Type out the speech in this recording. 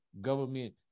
government